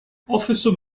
officer